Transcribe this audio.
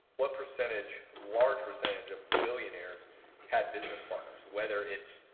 what percentage, large percentage of billionaires had business partners. whether it's,